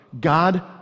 God